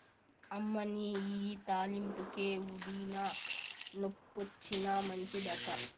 అమ్మనీ ఇయ్యి తాలింపుకే, ఊదినా, నొప్పొచ్చినా మంచిదట